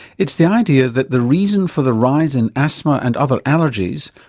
it's the idea that the reason for the rise in asthma and other allergies,